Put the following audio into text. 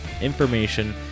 information